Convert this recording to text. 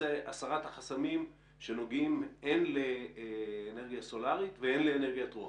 הסרת החסמים שנוגעים הן לאנרגיה סולארית ואין לאנרגיית רוח.